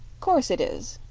course it is,